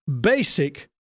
basic